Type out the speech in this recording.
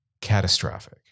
catastrophic